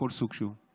מכל סוג שהוא.